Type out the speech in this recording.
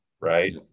Right